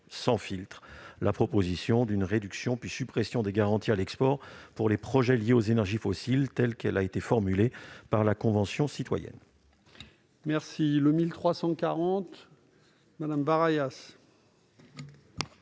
sans filtre la proposition d'une « réduction, puis suppression des garanties à l'export pour les projets liés aux énergies fossiles », telle qu'elle a été formulée par la Convention citoyenne. L'amendement